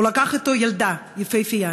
הוא לקח אתו ילדה יפהפייה,